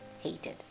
hated